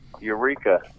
Eureka